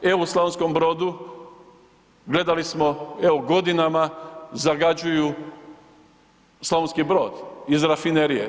Evo, u Slavonskom Brodu, gledali smo, evo godinama zagađuju Slavonski Brod iz rafinerije.